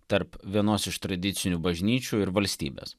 tarp vienos iš tradicinių bažnyčių ir valstybės